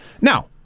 Now